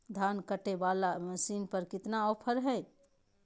धान कटे बाला मसीन पर कितना ऑफर हाय?